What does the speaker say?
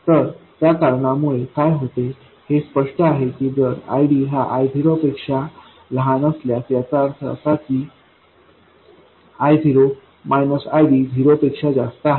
तर त्या कारणामुळे काय होते हे स्पष्ट आहे की जर ID हा I0 पेक्षा लहान असल्यास याचा अर्थ असा की I0 ID झिरो पेक्षा जास्त आहे